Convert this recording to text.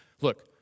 Look